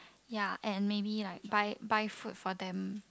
ya and maybe like buy buy food for them